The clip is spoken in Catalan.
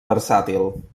versàtil